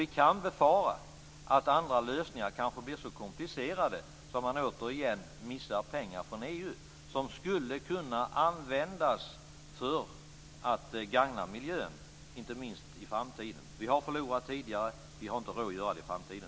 Vi kan befara att andra lösningar kanske blir så komplicerade att man återigen missar pengar från EU som skulle kunna användas för att gagna miljön, inte minst i framtiden. Vi har förlorat tidigare, men vi har inte råd att göra det i framtiden.